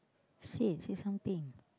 say say something